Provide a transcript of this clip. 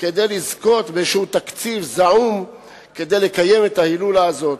כדי לזכות באיזה תקציב זעום ולקיים את ההילולה הזאת.